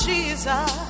Jesus